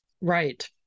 Right